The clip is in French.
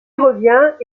revient